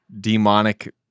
demonic